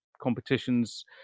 competitions